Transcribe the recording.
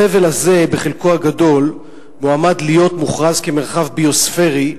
החבל הזה בחלקו הגדול מועמד להיות מוכרז כ"מרחב ביוספרי"